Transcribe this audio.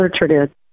literature